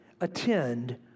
attend